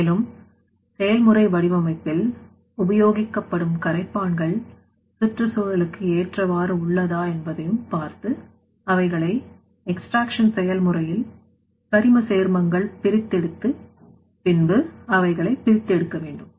மேலும் செயல்முறை வடிவமைப்பில் உபயோகிக்கப்படும் கரைப்பான்கள் சுற்றுச்சூழலுக்கு ஏற்றவாறு உள்ளதா என்பதையும் பார்த்து அவைகளை எக்ஸ்டிரேக்சன் செயல்முறையில் கரிம சேர்மங்கள் பிரித்தெடுத்த பின்பு அவைகளையும் பிரித்து எடுக்க வேண்டும்